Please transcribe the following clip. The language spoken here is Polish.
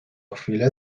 chwilę